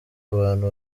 abantu